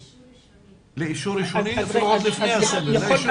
לאישור ראשוני, עוד לפני הסמל.